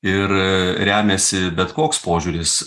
ir remiasi bet koks požiūris